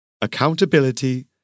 accountability